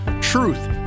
truth